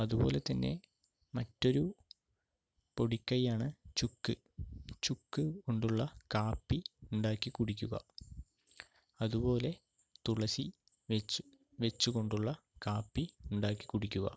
അതുപോലെതന്നെ മറ്റൊരു പൊടിക്കയ്യാണ് ചുക്ക് ചുക്ക് കൊണ്ടുള്ള കാപ്പി ഉണ്ടാക്കി കുടിക്കുക അതുപോലെ തുളസി വെച്ച് വെച്ചുക്കൊണ്ടുള്ള കാപ്പി ഉണ്ടാക്കി കുടിക്കുക